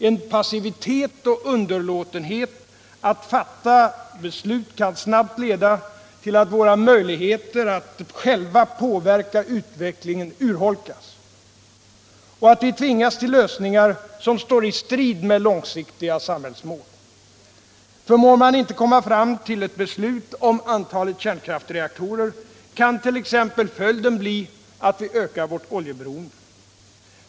En passivitet och underlåtenhet att fatta beslut kan snabbt leda till att våra möjligheter att själva påverka utvecklingen urholkas och att vi tvingas till lösningar som står i strid med långsiktiga samhällsmål. Förmår man inte komma fram till ett beslut om antalet kärnkraftsreaktorer kan t.ex. följden bli att vi ökar vårt oljeberoende.